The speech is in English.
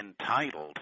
entitled